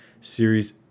series